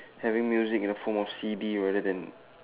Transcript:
having music in the form of C_D rather than